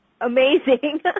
amazing